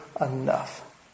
enough